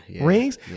rings